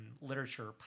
literature